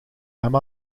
hem